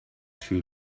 too